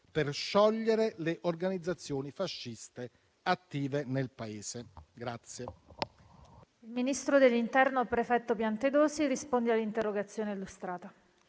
per sciogliere le organizzazioni fasciste attive nel Paese.